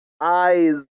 eyes